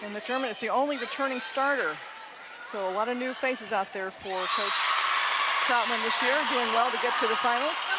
and mcdermott is the only returning starter so a lot of new faces out there for coach troutman this year doing well toget to the finals.